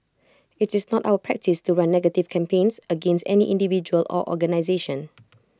IT is not our practice to run negative campaigns against any individual or organisation